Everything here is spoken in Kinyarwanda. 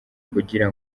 kugira